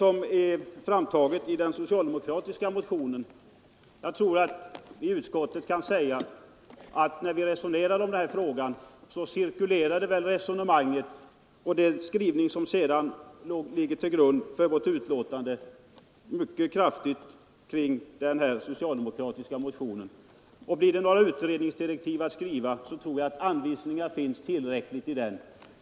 Jag tror jag kan säga att när vi i utskottet resonerade om den här frågan så cirkulerade det resonemang som ligger till grund för utskottets utlåtande mycket kraftigt kring den socialdemokratiska motionen. Blir det några utredningsdirektiv att skriva, så tror jag att anvisningar finns tillräckligt i den motionen.